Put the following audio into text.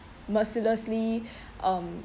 mercilessly um